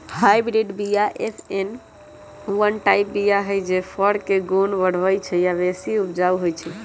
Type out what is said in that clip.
hybrid बीया F one type बीया हई जे फर के गुण बढ़बइ छइ आ बेशी उपजाउ होइ छइ